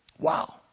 Wow